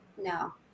no